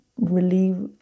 relieve